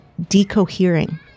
decohering